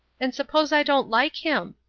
and suppose i don't like him?